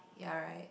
ya right